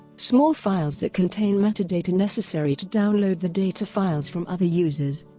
small files that contain metadata necessary to download the data files from other users.